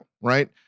Right